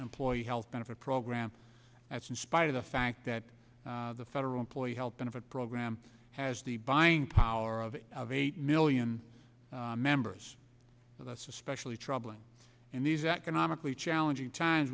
employee health benefit program that's in spite of the fact that the federal employee health benefit program has the buying power of eight million members with us especially troubling in these economically challenging times